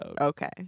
Okay